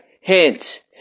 hint